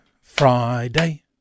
Friday